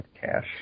Cash